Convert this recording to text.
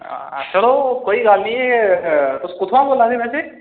चलो कोई गल्ल निं तुस कुत्थुआं बोल्ला दे बैसे